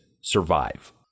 survive